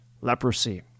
leprosy